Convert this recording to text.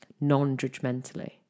non-judgmentally